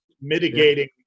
Mitigating